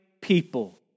people